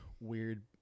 weird